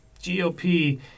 GOP